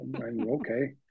Okay